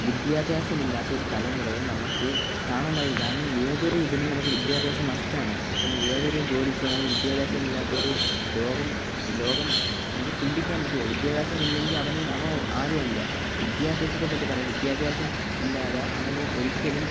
വിദ്യാഭ്യാസമില്ലാത്ത ഒരു തലമുറയെ നമുക്ക് കാണാൻ കഴിയും കാരണം ഏതൊരു ഇതിനും നമുക്ക് വിദ്യാഭ്യാസം മസ്റ്റ് ആണ് ഇപ്പം ഏതൊരു ജോലിക്ക് ആണെങ്കിലും വിദ്യാഭ്യാസമില്ലാത്ത ഒരു ലോകം ലോകം നമുക്ക് ചിന്തിക്കാൻ പറ്റില്ല വിദ്യാഭ്യാസമില്ലെങ്കിൽ അവൻ അവൻ ആരുമല്ല വിദ്യാഭ്യാസത്തെ പറ്റി പറയുമ്പോൾ വിദ്യാഭ്യാസം ഇല്ലാതെ അവന് ഒരിക്കലും